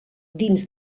dins